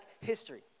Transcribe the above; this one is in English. history